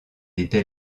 était